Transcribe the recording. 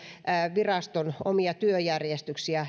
viraston omia työjärjestyksiä